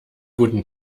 guten